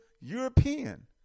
European